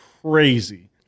crazy